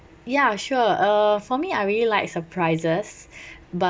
ya sure uh for me I really like surprises but